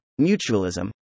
mutualism